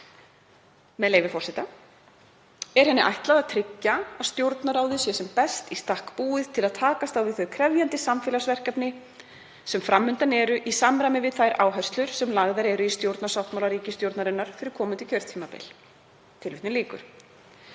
með leyfi forseta: „Er henni ætlað að tryggja að Stjórnarráðið sé sem best í stakk búið til að takast á við þau krefjandi samfélagsverkefni sem fram undan eru í samræmi við þær áherslur sem lagðar eru í stjórnarsáttmála ríkisstjórnarinnar fyrir komandi kjörtímabil.“ Síðan fylgja